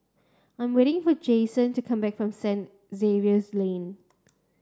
I'm waiting for Jason to come back from Saint Xavier's Lane